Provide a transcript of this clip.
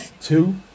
two